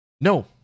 No